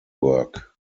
work